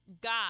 God